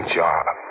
job